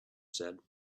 said